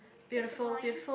take the points